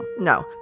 No